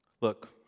Look